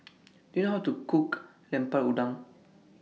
Do YOU know How to Cook Lemper Udang